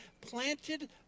planted